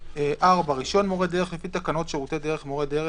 (4) רישיון מורה דרך לפי תקנות שירותי תיירות (מורי דרך),